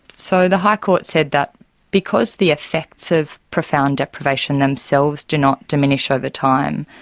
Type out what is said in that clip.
so the high court said that because the effects of profound deprivation themselves do not diminish over time,